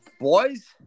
boys –